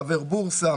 חבר בורסה,